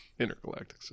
Intergalactic